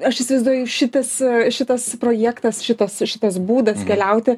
aš įsivaizduoju šitas šitas projektas šitas šitas būdas keliauti